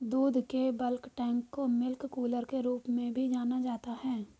दूध के bulk tank को मिल्क कूलर के रूप में भी जाना जाता है